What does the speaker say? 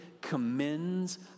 commends